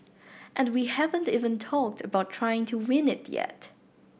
and we haven't even talked about trying to win it yet